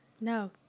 No